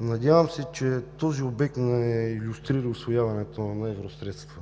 Надявам се, че този обект не илюстрира усвояването на евросредства,